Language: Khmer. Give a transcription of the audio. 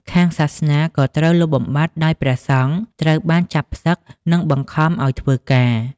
ខាងសាសនាក៏ត្រូវលុបបំបាត់ដោយព្រះសង្ឃត្រូវបានចាប់ផ្សឹក និងបង្ខំឱ្យធ្វើការ។